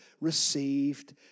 received